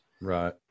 Right